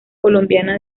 colombiana